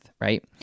right